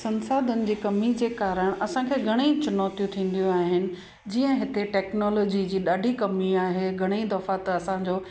संसाधन जी कमी जे कारण असांखे घणेई चुनौतियूं थींदियूं आहिनि जीअं हिते टेक्नोलॉजी जी जी ॾाढी कमी आहे घणेई दफ़ा त असांजो